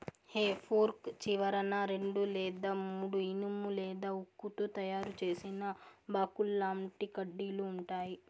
హె fork చివరన రెండు లేదా మూడు ఇనుము లేదా ఉక్కుతో తయారు చేసిన బాకుల్లాంటి కడ్డీలు ఉంటాయి